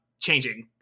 changing